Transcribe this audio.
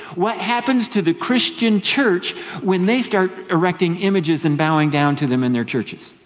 what happens to the christian church when they start erecting images and bowing down to them in their churches?